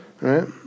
Right